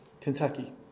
Kentucky